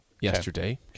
yesterday